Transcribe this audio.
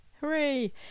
Hooray